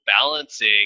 balancing